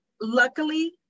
Luckily